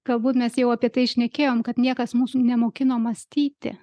galbūt mes jau apie tai šnekėjom kad niekas mūsų nemokino mąstyti